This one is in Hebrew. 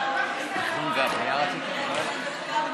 חוק העונשין (תיקון מס'